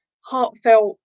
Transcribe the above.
heartfelt